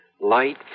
Light